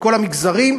כל המגזרים.